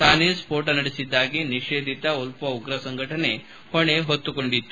ತಾನೇ ಸ್ಫೋಟ ನಡೆಸಿದ್ದಾಗಿ ನಿಷೇಧಿತ ಉಲ್ಫಾ ಉಗ್ರ ಸಂಘಟನೆ ಹೊಣೆ ಹೊತ್ತಿಕೊಂಡಿತ್ತು